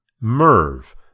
Merv